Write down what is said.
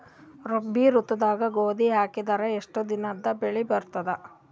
ರಾಬಿ ಋತುದಾಗ ಗೋಧಿ ಹಾಕಿದರ ಎಷ್ಟ ದಿನದಾಗ ಬೆಳಿ ಬರತದ?